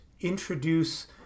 introduce